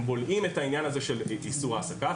הם בולעים את העניין הזה של איסור העסקה.